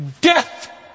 Death